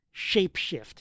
shapeshift